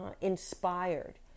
inspired